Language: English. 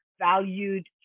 valued